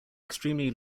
extremely